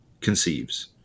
conceives